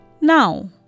Now